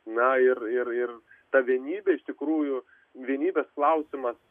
na ir ir ir ta vienybė iš tikrųjų vienybės klausimas